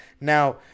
Now